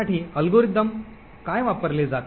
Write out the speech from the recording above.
या वाटपासाठी अल्गोरिदम काय वापरले जातात